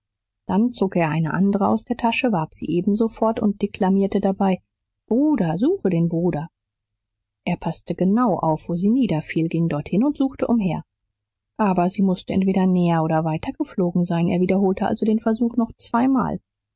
dann zog er eine andere aus der tasche warf sie ebenso fort und deklamierte dabei bruder such den bruder er paßte genau auf wo sie niederfiel ging dorthin und suchte umher aber sie mußte entweder näher oder weiter geflogen sein er wiederholte also den versuch noch zweimal